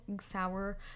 sour